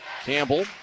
Campbell